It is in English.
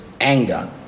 anger